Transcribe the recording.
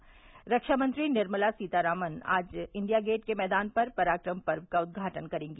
ख्वा मंत्री निर्मला सीतारमन आज India Gate के मैदान पर पराक्रम पर्व का उदघाटन करेंगी